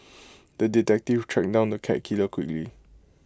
the detective tracked down the cat killer quickly